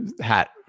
hat